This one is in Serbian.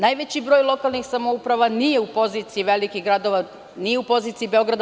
Najveći broj lokalnih samouprava nije u poziciji velikih gradova, nije u poziciji Beograda.